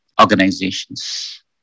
organizations